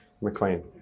McLean